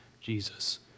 Jesus